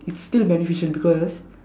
it's still beneficial because